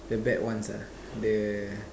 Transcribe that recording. the bad ones ah the